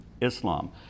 Islam